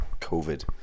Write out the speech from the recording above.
covid